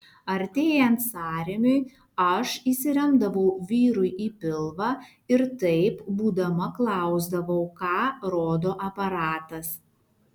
artėjant sąrėmiui aš įsiremdavau vyrui į pilvą ir taip būdama klausdavau ką rodo aparatas